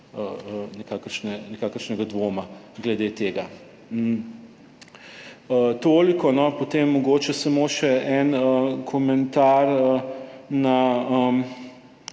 nikakršnega dvoma glede tega. Toliko. Potem mogoče samo še en komentar na